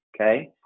okay